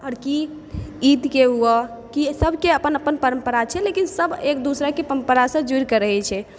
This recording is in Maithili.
आओर की ईदके हुअ की सभके अपन अपन परम्परा छै लेकिन सभ एक दुसराके परम्परा से जुड़ि कऽ रहै छै